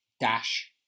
dash